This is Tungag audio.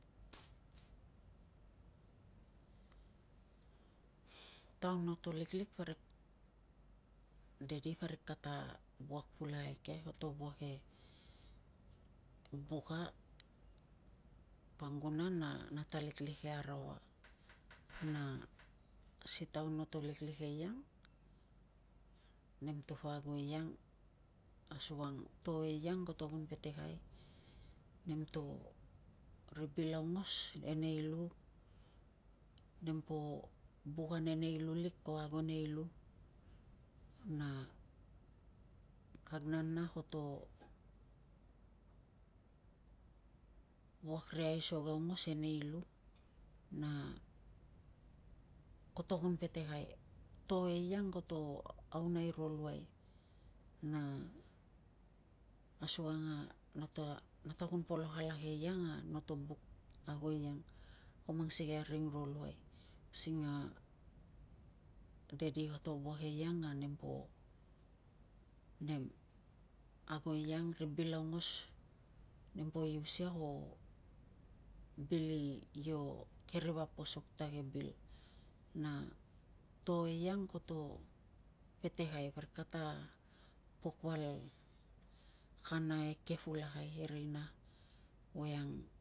Taun noto liklik daddy parik kata wuak pulakai eke koto wuak e buka, panguna na nata liklik e arawa na si taun no to liklik eiang, nemta po ago eiang asukang to eiang koto kun petekai. Nemto ri bil aungos e nei lu nempo buk ane nei lu lik ko ago nei lu na kag nana koto wuak ri aisog aongos e nei lu na koto kun petekai. To eiang koto aunai ro luai na asukang a nata kun polok alak eiang a noto buk ago eiang ko mang sikei a ring ro luai using a daddy koto wuak eiang a nempo nem ago eiang ri bil aungos nempo ius ia ko bil io keri vap posok ta ke bil na to eiang koto petekai parik kata pok val kana eke pulakai e rina voiang